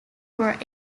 were